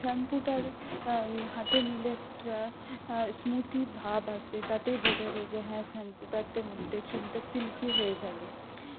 শ্যাম্পুটার হাতে নিলে একটা স্মুথি ভাব আসে তাতেই বোঝা যায় যে হ্যাঁ শ্যাম্পুটাতে মধ্যে চুলটা সিল্কি হয়ে যাবে